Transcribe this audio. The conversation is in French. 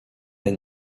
and